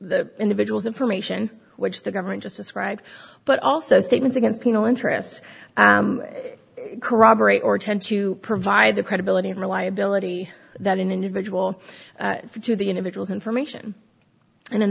the individual's information which the government just described but also statements against you know interests corroborate or tend to provide the credibility and reliability that an individual to the individual's information and in